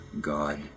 God